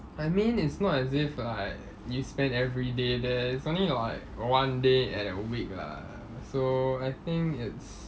I mean it's not as if like you spend everyday there it's only like one day at a week lah so I think it's